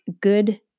good